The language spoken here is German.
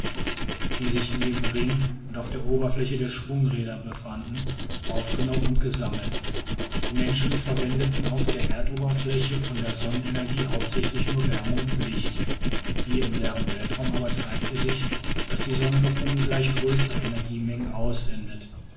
die sich in dem ringe und auf der oberfläche der schwungräder befanden aufgenommen und gesammelt die menschen verwenden auf der erdoberfläche von der sonnenenergie hauptsächlich nur wärme und licht hier im leeren weltraum aber zeigte sich daß die sonne noch ungleich größere energiemengen aussendet